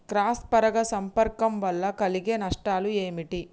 Cross పరాగ సంపర్కం వల్ల కలిగే నష్టాలు ఏమిటి?